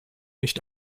nicht